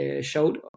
showed